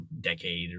decade